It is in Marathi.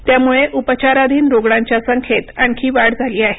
त्यामुळे उपचाराधीन रुग्णांच्या संख्येत आणखी वाढ झाली आहे